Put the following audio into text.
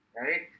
right